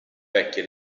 vecchie